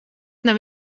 nav